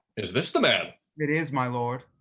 is this the man? it is, my lord.